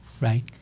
right